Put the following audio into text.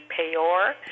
payor